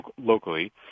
locally